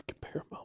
Paramount